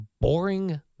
Boring